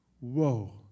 whoa